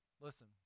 listen